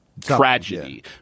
tragedy